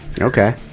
Okay